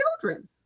children